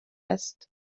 است